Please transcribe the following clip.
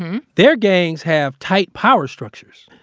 their gangs have tight power structures.